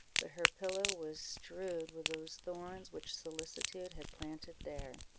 but her pillow was strewed with those thorns which solicitude had planted there.